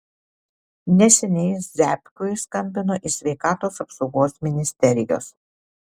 neseniai ziabkui skambino iš sveikatos apsaugos ministerijos